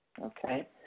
Okay